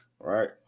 Right